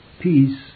peace